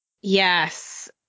Yes